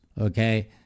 Okay